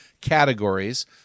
categories